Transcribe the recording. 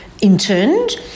Interned